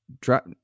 drop